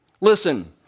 listen